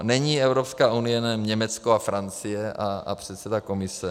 Není Evropská unie jenom Německo a Francie a předseda Komise.